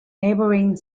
neighbouring